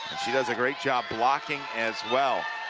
she does a great job blocking as well.